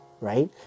right